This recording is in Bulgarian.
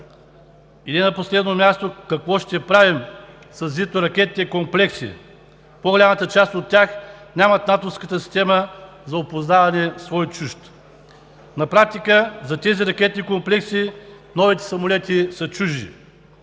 Не на последно място, какво ще правим със зенитно-ракетните комплекси? По-голямата част от тях нямат НАТО-вската система за опознаване „свой – чужд“. На практика за тези ракетни комплекси новите самолети са чужди.